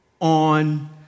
on